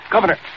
Governor